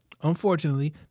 Unfortunately